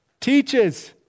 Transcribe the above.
teaches